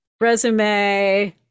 resume